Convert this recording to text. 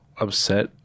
upset